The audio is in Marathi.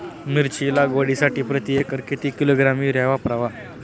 मिरची लागवडीसाठी प्रति एकर किती किलोग्रॅम युरिया वापरावा?